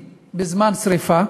בזמן שרפה